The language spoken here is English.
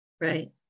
right